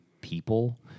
people